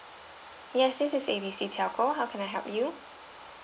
yes this is A B C telco how can I help you